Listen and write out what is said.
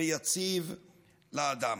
ויציב לפרט.